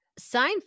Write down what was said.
Seinfeld